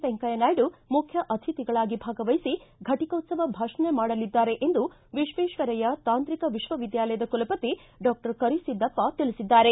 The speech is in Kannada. ವೆಂಕಯ್ಯ ನಾಯ್ಡ ಮುಖ್ಯ ಅತಿಥಿಗಳಾಗಿ ಭಾಗವಹಿಸಿ ಫೆಟಿಕೋತ್ಸವ ಭಾಷಣ ಮಾಡಲಿದ್ದಾರೆ ಎಂದು ವಿಶ್ವೇಶ್ವರಯ್ಯ ತಾಂತ್ರಿಕ ವಿಶ್ವವಿದ್ಯಾಲಯದ ಕುಲಪತಿ ಡಾಕ್ಟರ್ ಕರಿಸಿದ್ದಪ್ಪ ತಿಳಿಸಿದ್ದಾರೆ